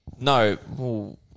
No